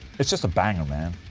it's just a banger man.